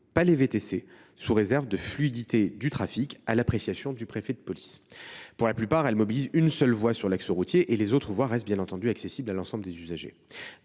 non les VTC –, sous réserve de la fluidité du trafic et à l’appréciation du préfet de police. Pour la plupart, une seule voie est mobilisée sur l’axe routier, les autres voies restant, bien entendu, accessibles à l’ensemble des usagers.